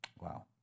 Wow